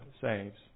saves